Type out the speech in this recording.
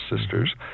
sisters